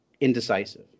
indecisive